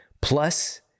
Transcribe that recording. Plus